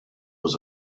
was